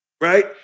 right